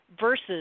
versus